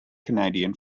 canadian